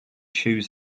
shoes